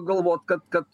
galvot kad kad